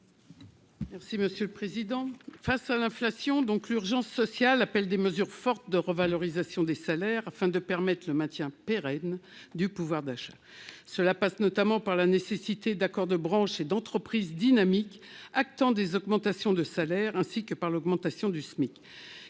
l'amendement n° 124. Face à l'inflation, l'urgence sociale requiert des mesures fortes de revalorisation des salaires afin de permettre le maintien pérenne du pouvoir d'achat. Cela passe notamment par des accords de branche et d'entreprise dynamiques, prévoyant des augmentations de salaire, ainsi que par l'augmentation du SMIC.